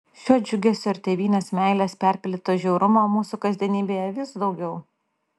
šio džiugesio ir tėvynės meilės perpildyto žiaurumo mūsų kasdienybėje vis daugiau